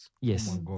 Yes